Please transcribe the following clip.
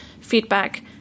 feedback